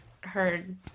heard